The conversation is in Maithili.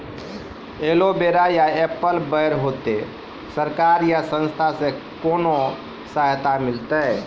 एलोवेरा या एप्पल बैर होते? सरकार या संस्था से कोनो सहायता मिलते?